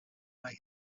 may